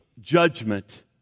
judgment